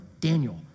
Daniel